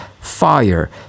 fire